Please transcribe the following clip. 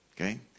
Okay